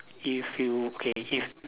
if you okay if